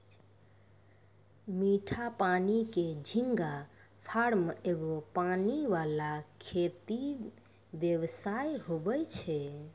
मीठा पानी के झींगा फार्म एगो पानी वाला खेती व्यवसाय हुवै छै